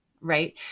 Right